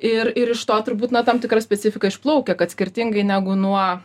ir ir iš to turbūt na tam tikra specifika išplaukia kad skirtingai negu nuo